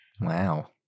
Wow